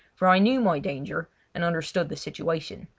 for i knew my danger and understood the situation.